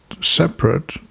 separate